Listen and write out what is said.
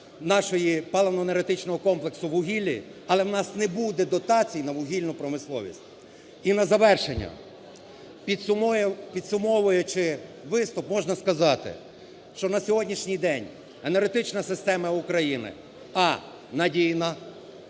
нашого паливно-енергетичного комплексу у вугіллі, але в нас не буде дотації на вугільну промисловість. І на завершення. Підсумовуючи виступ, можна сказати, що на сьогоднішній день енергетична система України а) надійна,